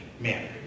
manner